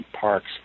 parks